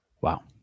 wow